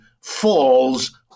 falls